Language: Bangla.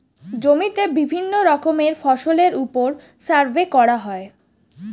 জমিতে বিভিন্ন রকমের ফসলের উপর সার্ভে করা হয়